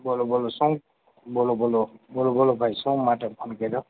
બોલો બોલો શું બોલો બોલો બોલો બોલો ભાઈ શું માટે ફોન કર્યો